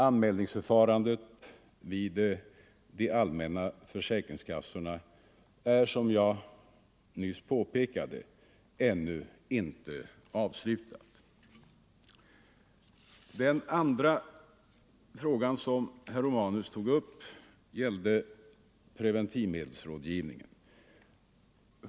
Anmälningsförfarandet vid de allmänna försäkringskassorna är, som jag nyss påpekade, ännu inte avslutat. Den andra frågan som herr Romanus tog upp gällde preventivmedelsrådgivningen.